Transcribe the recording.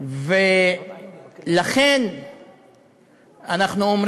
ולכן אנחנו אומרים